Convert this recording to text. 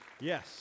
yes